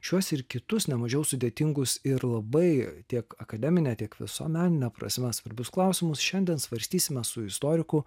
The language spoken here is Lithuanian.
šiuos ir kitus ne mažiau sudėtingus ir labai tiek akademine tiek visuomenine prasme svarbius klausimus šiandien svarstysime su istoriku